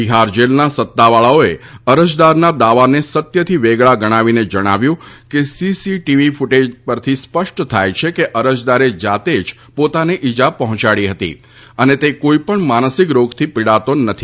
તિહાર જેલના સત્તાવાળાઓએ અરજદારના દાવાને સત્યથી વેગળા ગણાવીને જણાવ્યું હતુ કે સીસીટીવીના કુટેજ પરથી સ્પષ્ટ થાય છે કે અરજદારે જાતે જ પોતાને ઇજા પહોયાડી હતી અને તે કોઇપણ માનસિક રોગથી પિડાતો નથી